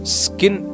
skin